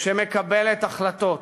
שמקבלת החלטות,